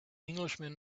englishman